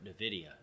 Nvidia